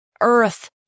Earth